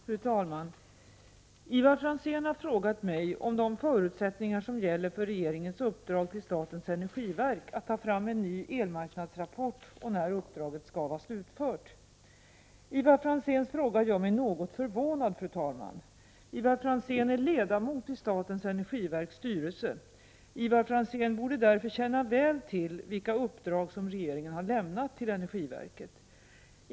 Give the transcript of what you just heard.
Fru talman! Ivar Franzén har frågat mig om de förutsättningar som gäller för regeringens uppdrag till statens energiverk att ta fram en ny elmarknadsrapport och när uppdraget skall vara slutfört. Ivar Franzéns fråga gör mig något förvånad. Ivar Franzén är ledamot i statens energiverks styrelse. Ivar Franzén borde därför känna väl till vilka uppdrag som regeringen har lämnat till energiverket.